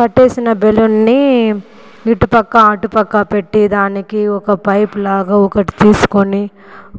కట్టేసిన బెలూన్ని ఇటుపక్క అటుపక్క పెట్టి దానికి ఒక పైప్ లాగా ఒకటి తీసుకొని